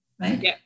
right